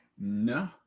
No